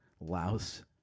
louse